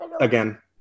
again